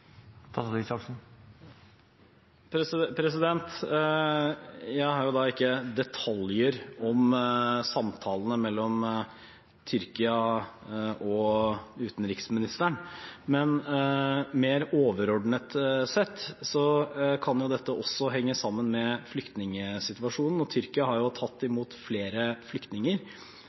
Jeg har ikke detaljer om samtalene mellom Tyrkia og utenriksministeren, men mer overordnet sett kan dette også henge sammen med flyktningsituasjonen, og Tyrkia har jo tatt imot flere flyktninger